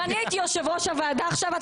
אם אני הייתי יושב-ראש הוועדה עכשיו,